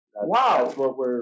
Wow